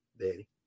daddy